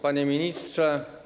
Panie Ministrze!